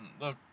look